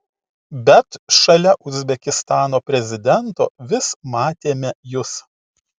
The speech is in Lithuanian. bet šalia uzbekistano prezidento vis matėme jus